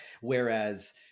whereas